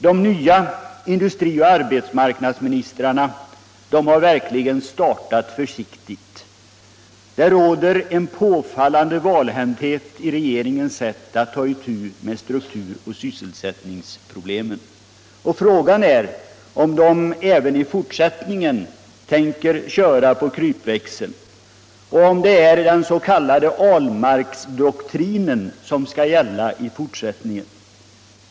De nya industrioch arbetsmarknadsministrarna har verkligen startat försiktigt. Det råder en påfallande valhänthet i regeringens sätt att ta itu med strukturoch sysselsättningsproblemen. Frågan är om de även i forsättningen tänker ”köra på krypväxeln”, och om det är den s.k. Ahlmarksdoktrinen som skall gälla i fortsättningen.